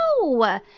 No